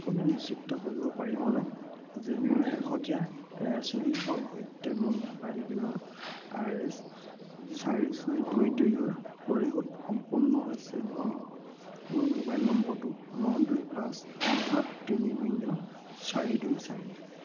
আপুনি নিশ্চিত কৰিব পাৰিবনে যে মোৰ শেহতীয়া এয়াৰচেলৰ সৈতে মোৰ মোবাইল বিলৰ আৰ এচ চাৰি ছয় দুই দুইৰ পৰিশোধ সম্পন্ন হৈছে নেকি মোৰ মোবাইল নম্বৰটো ন দুই পাঁচ সাত সাত তিনি শূন্য চাৰি দুই চাৰি